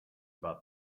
about